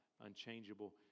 unchangeable